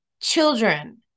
children